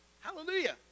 Hallelujah